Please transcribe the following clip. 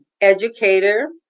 educator